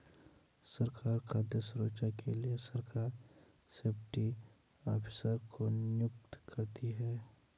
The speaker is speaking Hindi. सरकार खाद्य सुरक्षा के लिए सरकार सेफ्टी ऑफिसर को नियुक्त करती है